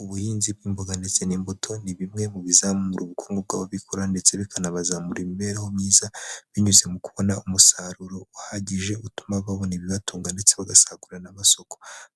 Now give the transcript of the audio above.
Ubuhinzi bw'imboga ndetse n'imbuto, ni bimwe mu bizamura ubukungu bw'ababikora ndetse bikanabazamurira imibereho myiza, binyuze mu kubona umusaruro uhagije utuma babona ibibatunga ndetse bagasagurira n'amasoko,